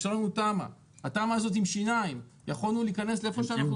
התמ"א הזאת עם שיניים ויכולנו להיכנס לאיפה שאנחנו רוצים.